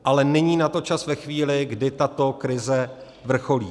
Ale není na to čas ve chvíli, kdy tato krize vrcholí.